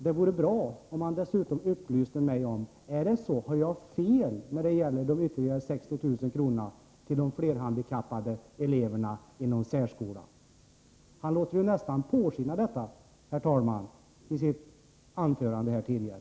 Det vore bra om han dessutom upplyste mig om huruvida jag har fel när det gäller de ytterligare 60 000 kronorna till de flerhandikappade eleverna inom särskolan. Han lät nästan påskina det, herr talman, i sitt tidigare anförande.